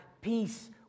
peace